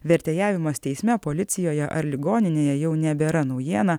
vertėjavimas teisme policijoje ar ligoninėje jau nebėra naujiena